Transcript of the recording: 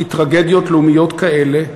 כי טרגדיות לאומיות כאלה,